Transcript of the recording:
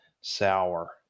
sour